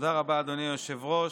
רבה, אדוני היושב-ראש.